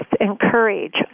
encourage